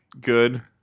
Good